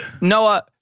Noah